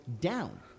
down